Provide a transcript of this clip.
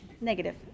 Negative